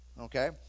Okay